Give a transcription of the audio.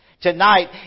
Tonight